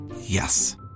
Yes